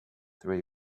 through